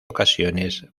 ocasiones